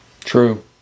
True